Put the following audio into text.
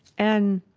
and